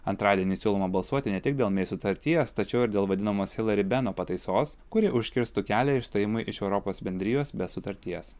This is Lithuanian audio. antradienį siūloma balsuoti ne tik dėl mei sutarties tačiau ir dėl vadinamuos hilari beno pataisos kuri užkirstų kelią išstojimui iš europos bendrijos be sutarties